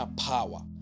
power